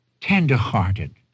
tenderhearted